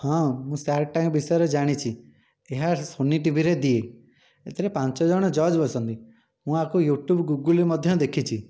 ହଁ ମୁଁ shark tank ବିଷୟରେ ଜାଣିଛି ଏହା ସୋନି ଟିଭିରେ ଦିଏ ଏଥିରେ ପାଞ୍ଚ ଜଣ ଜଜ୍ ବସନ୍ତି ମୁଁ ୟାକୁ ୟୁଟ୍ୟୁବ୍ ଗୁଗୁଲରେ ମଧ୍ୟ ଦେଖିଛି